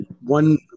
one